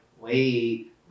wait